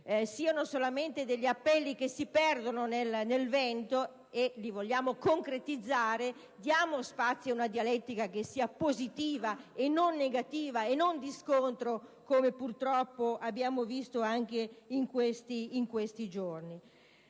se non vogliamo che questi appelli si perdano nel vento e se li vogliamo concretizzare, diamo spazio ad una dialettica che sia positiva e non negativa e di scontro, come purtroppo abbiamo visto anche in questi giorni.